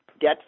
Get